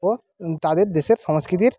ও তাদের দেশের সংস্কৃতির